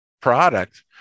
product